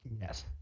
Yes